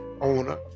owner